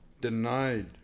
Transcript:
denied